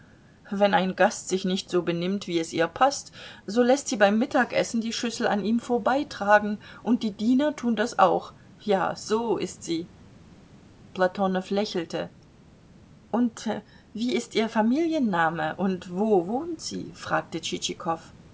wenn ein gast sich nicht so benimmt wie es ihr paßt so läßt sie beim mittagessen die schüssel an ihm vorbeitragen und die diener tun das auch ja so ist sie platonow lächelte und wie ist ihr familiennamen und wo wohnt sie fragte